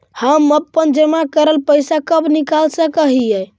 हम अपन जमा करल पैसा कब निकाल सक हिय?